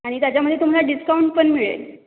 आणि त्याच्यामध्ये तुम्हाला डिस्काउंट पण मिळेल